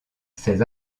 ces